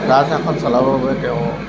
ৰাজশাসন চলাবৰ বাবে তেওঁ